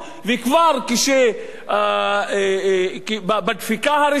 וכבר בדפיקה הראשונה,